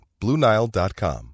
BlueNile.com